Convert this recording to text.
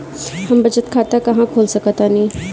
हम बचत खाता कहां खोल सकतानी?